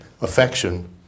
affection